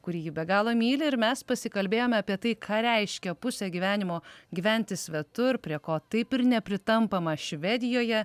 kurį ji be galo myli ir mes pasikalbėjome apie tai ką reiškia pusę gyvenimo gyventi svetur prie ko taip ir nepritampama švedijoje